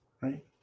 right